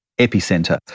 epicenter